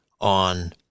on